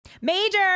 Major